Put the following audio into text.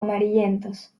amarillentas